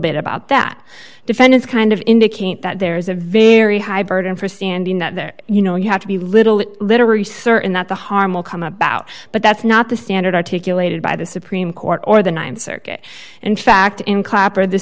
bit about that defendants kind of indicate that there's a very high burden for standing up there you know you have to be a little literary certain that the harm will come about but that's not the standard articulated by the supreme court or the th circuit in fact